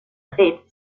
fet